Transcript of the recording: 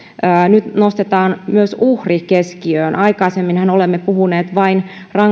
nyt nostetaan myös uhri keskiöön aikaisemminhan olemme puhuneet vain